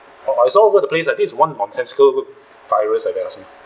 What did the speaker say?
orh I saw all over the place uh this is one nonsensical virus I guess